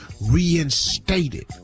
reinstated